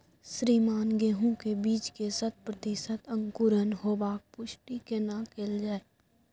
श्रीमान गेहूं के बीज के शत प्रतिसत अंकुरण होबाक पुष्टि केना कैल जाय?